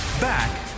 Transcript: Back